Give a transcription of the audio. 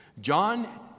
John